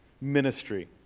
ministry